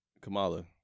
Kamala